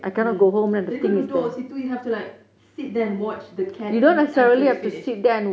um tapi kau duduk situ so you have to like sit there and watch the cat eat until it's finished